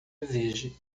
exige